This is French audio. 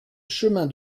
chemin